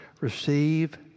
Receive